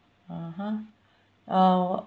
(uh huh) uh